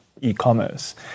e-commerce